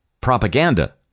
propaganda